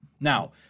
Now